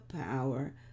power